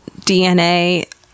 DNA